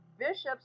Bishops